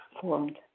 formed